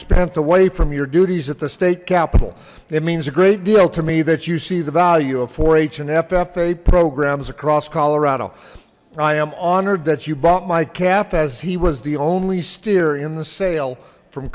spent away from your duties at the state capitol it means a great deal to me that you see the value of h and ffa programs across colorado i am honored that you bought my calf as he was the only steer in the sale from